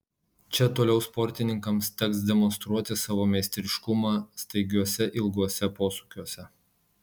čia toliau sportininkams teks demonstruoti savo meistriškumą staigiuose ilguose posūkiuose